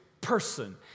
person